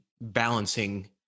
balancing